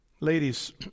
ladies